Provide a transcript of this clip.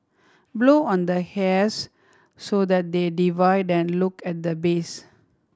blow on the hairs so that they divide and look at the base